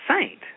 saint